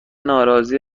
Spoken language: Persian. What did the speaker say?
ناراضی